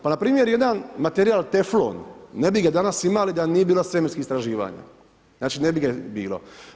Pa npr. jedan materijal teflon, ne bi ga danas imali da nije bilo svemirskih istraživanja, znači ne bi ga bilo.